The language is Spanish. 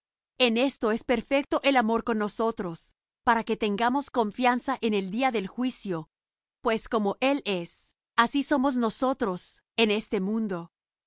en esto es perfecto el amor con nosotros para que tengamos confianza en el día del juicio pues como él es así somos nosotros en este mundo